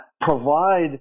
provide